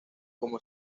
como